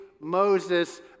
Moses